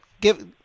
give